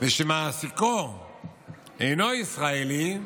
ומעסיקו אינו ישראלי,